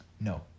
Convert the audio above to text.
No